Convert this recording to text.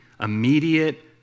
immediate